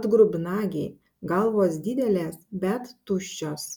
atgrubnagiai galvos didelės bet tuščios